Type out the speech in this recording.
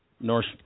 Norse